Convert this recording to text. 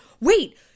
Wait